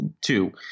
two